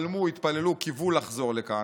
היהודים חלמו, התפללו, קיוו לחזור לכאן,